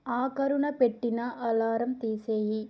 ఆఖరున పెట్టిన అలారం తీసేయి